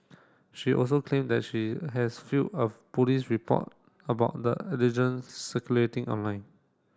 she also claimed that she has of police report about the circulating online